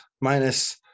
minus